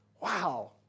Wow